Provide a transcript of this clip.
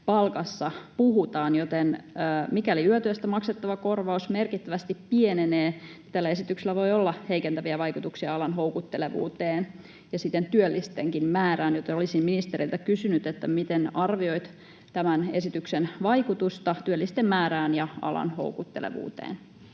palkassa puhutaan. Mikäli yötyöstä maksettava korvaus merkittävästi pienenee, tällä esityksellä voi olla heikentäviä vaikutuksia alan houkuttelevuuteen ja siten työllistenkin määrään, joten olisin ministeriltä kysynyt: miten arvioit tämän esityksen vaikutusta työllisten määrään ja alan houkuttelevuuteen?